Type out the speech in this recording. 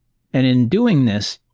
and in doing this,